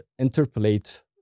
interpolate